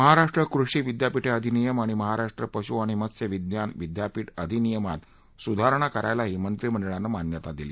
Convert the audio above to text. महाराष्ट्र कृषी विद्यापीठे अधिनियम आणि महाराष्ट्र पशु आणि मत्स्य विज्ञान विद्यापीठ अधिनियमात सुधारणा करायलाही मंत्रीमंडळानं मान्यता दिली